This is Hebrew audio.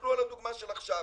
תסתכלו על הדוגמה של עכשיו,